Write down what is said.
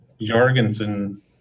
Jorgensen